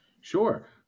sure